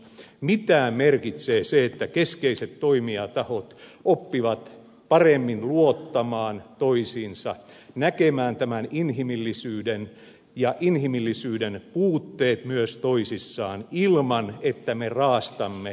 mitä merkitsee se että keskeiset toimijatahot oppivat paremmin luottamaan toisiinsa näkemään tämän inhimillisyyden ja inhimillisyyden puutteet myös toisissaan ilman että me raastamme ja revimme